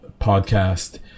podcast